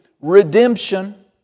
Redemption